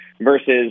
versus